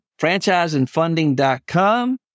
FranchiseandFunding.com